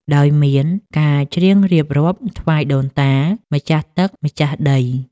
ដោយមានការច្រៀងរៀបរាប់ថ្វាយដូនតា ម្ចាស់ទឹក ម្ចាស់ដី។